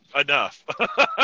enough